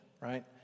right